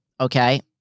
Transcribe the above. okay